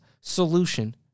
solution